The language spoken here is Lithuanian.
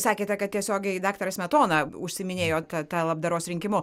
sakėte kad tiesiogiai daktaras smetona užsiiminėjo ta ta labdaros rinkimu